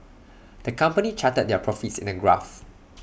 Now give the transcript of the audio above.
the company charted their profits in A graph